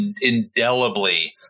indelibly